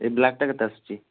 ଏ black ଟା କେତେ ଆସୁଛି